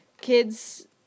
Kids